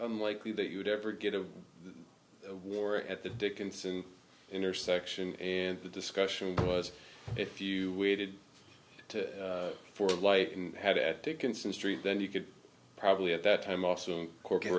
unlikely that you'd ever get a of war at the dickinson intersection and the discussion was if you waited to for light and had at dickinson street then you could probably at that time off soon cork